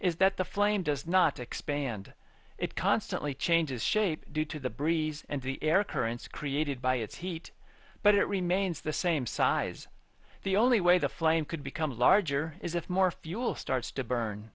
is that the flame does not expand it constantly changes shape due to the breeze and the air currents created by its heat but it remains the same size the only way the flame could become larger is if more fuel starts to burn